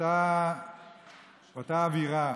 ובאותה אווירה,